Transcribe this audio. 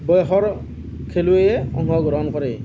বয়সৰ খেলুৱৈয়ে অংশগ্ৰহণ কৰে